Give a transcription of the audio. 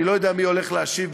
אני לא יודע מי הולך להשיב.